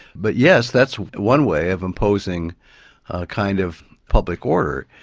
but yes that's one way of imposing a kind of public order.